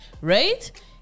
right